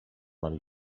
nami